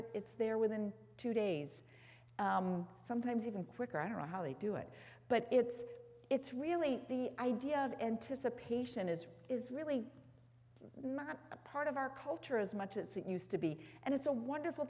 it it's there within two days sometimes even quicker on how they do it but it's it's really the idea of anticipation is is really a part of our culture as much as it used to be and it's a wonderful